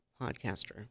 podcaster